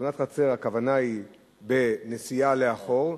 תאונות חצר הכוונה היא בנסיעה לאחור,